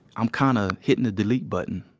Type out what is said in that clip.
i'm kind of hittin' the delete button